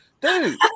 dude